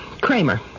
Kramer